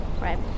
right